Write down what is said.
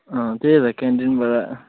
अँ त्यही त क्यान्टिनबाट